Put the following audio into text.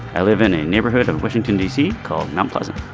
i live in a neighborhood in washington d c. called and um pleasant.